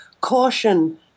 caution